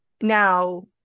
now